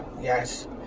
Yes